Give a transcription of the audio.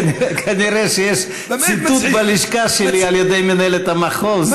כנראה שיש ציטוט בלשכה שלי על ידי מנהלת המחוז בזמן אמת.